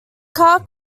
car